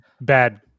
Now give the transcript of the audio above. bad